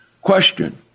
Question